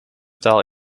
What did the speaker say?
taal